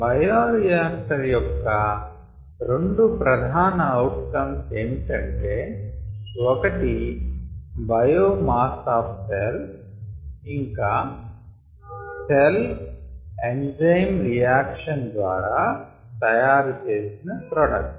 bioreactor యొక్క రెండు ప్రధాన అవుట్ కమ్ ఏమిటంటే ఒకటి బయోమాస్ ఆఫ్ సెల్స్ ఇంకా సెల్స్ ఎంజైమ్ రియాక్షన్ ద్వారా తయారుచేసిన ప్రొడక్ట్